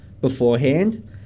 beforehand